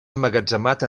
emmagatzemat